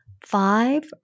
five